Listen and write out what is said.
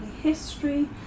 history